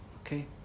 Okay